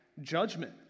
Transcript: judgment